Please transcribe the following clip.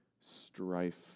strife